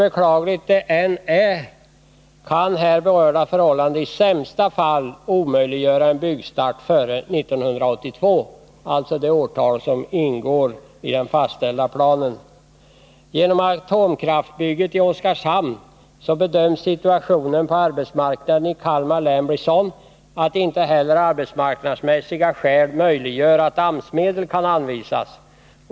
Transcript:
beklagligt det än är kan här berörda förhållanden i sämsta fall omöjliggöra en byggstart före 1982, alltså det årtal som ingår i den fastställda planen. Genom atomkraftbygget i Oskarshamn bedöms situationen på arbetsmarknaden i Kalmar län bli sådan att inte heller arbetsmarknadsmässiga skäl möjliggör att AMS-medel anvisas.